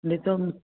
ॾिसो